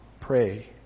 pray